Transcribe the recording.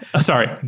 Sorry